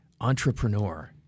entrepreneur